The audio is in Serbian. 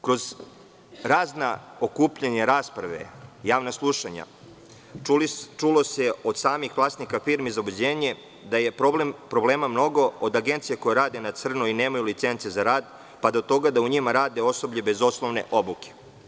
Kroz razna okupljanja rasprave, javna slušanja, čulo se od samih vlasnika firmi za obezbeđenje da je problema mnogo, od agencija koja rade na crno i nemaju licence za rad, pa do toga da u njima radi osoblje bez osnovne obuke.